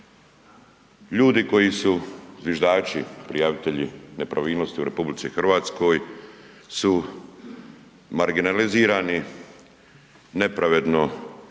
Ljudi koju su zviždači, prijavitelji nepravilnosti u RH su marginalizirani, nepravedno